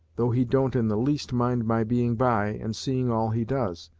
though he don't in the least mind my being by, and seeing all he does,